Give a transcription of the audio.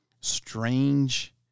strange